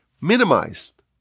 minimized